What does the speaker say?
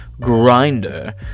grinder